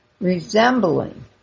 resembling